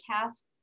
tasks